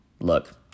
Look